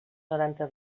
noranta